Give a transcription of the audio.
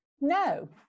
No